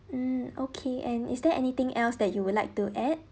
mm okay and is there anything else that you would like to add